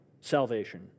salvation